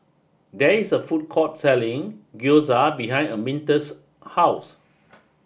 there is a food court selling Gyoza behind Arminta's house